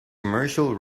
commercial